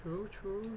true true